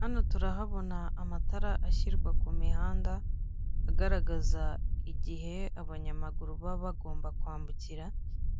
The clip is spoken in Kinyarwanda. Hano turahabona amatara ashyirwa ku mihanda agaragaza igihe abanyamaguru baba bagomba kwambukira,